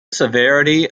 severity